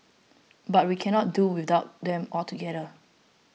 but we cannot do without them altogether